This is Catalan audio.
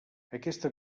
aquesta